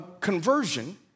conversion